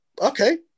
Okay